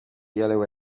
yellow